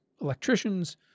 electricians